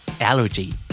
Allergy